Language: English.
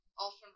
often